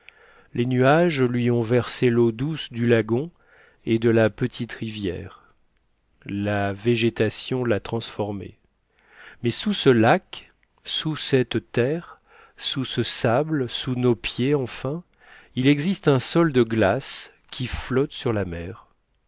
les nuages lui ont versé l'eau douce du lagon et de la petite rivière la végétation l'a transformée mais sous ce lac sous cette terre sous ce sable sous nos pieds enfin il existe un sol de glace qui flotte sur la mer